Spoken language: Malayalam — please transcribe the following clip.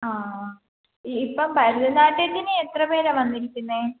ആ ആ ഇപ്പം ഭരതനാട്യത്തിന് എത്ര പേര വന്നിരിക്കുന്നത്